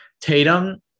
Tatum